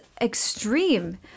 extreme